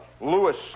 Lewis